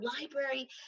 library